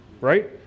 right